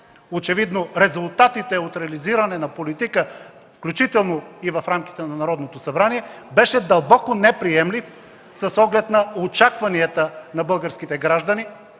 Очевидно резултатите от реализиране на политика, включително и в рамките на Народното събрание, беше дълбоко неприемлив с оглед на очакванията на българските граждани,